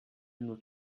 nur